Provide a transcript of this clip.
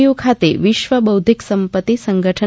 you ખાતે વિશ્વ બૌઘ્ઘિક સંપતિ સંગઠન